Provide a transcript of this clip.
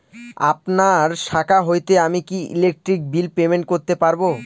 আপনার শাখা হইতে আমি কি ইলেকট্রিক বিল পেমেন্ট করতে পারব?